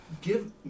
Give